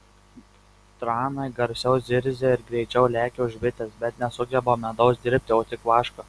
tranai garsiau zirzia ir greičiau lekia už bites bet nesugeba medaus dirbti o tik vašką